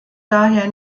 daher